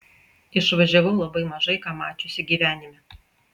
išvažiavau labai mažai ką mačiusi gyvenime